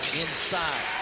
inside.